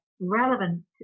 relevant